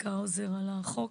צביקה האוזר על החוק,